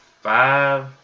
Five